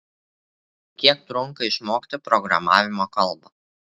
kiek trunka išmokti programavimo kalbą